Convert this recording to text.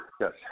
Yes